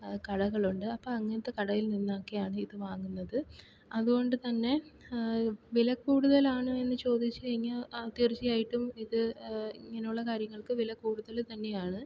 കടകൾ ഉണ്ട് അപ്പോൾ അങ്ങനത്തെ കടയിൽ നിന്നുമൊക്കെയാണ് ഇത് വാങ്ങുന്നത് അതുകൊണ്ട് തന്നെ വിലക്കൂടുതൽ ആണോ എന്ന് ചോദിച്ചുകഴിഞ്ഞാൽ ആ തീർച്ചയായിട്ടും ഇത് ഇങ്ങനെയുള്ള കാര്യങ്ങൾക്ക് വില കൂടുതൽ തന്നെയാണ്